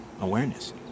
awareness